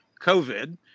COVID